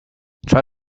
try